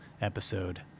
episode